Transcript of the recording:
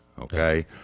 okay